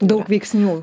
daug veiksnių